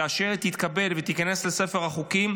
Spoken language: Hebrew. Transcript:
כאשר היא תתקבל ותיכנס לספר החוקים,